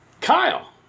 Kyle